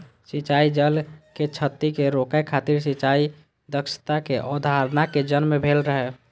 सिंचाइ जल के क्षति कें रोकै खातिर सिंचाइ दक्षताक अवधारणा के जन्म भेल रहै